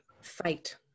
fight